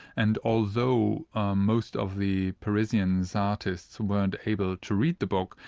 and although ah most of the parisian so artists weren't able to read the book,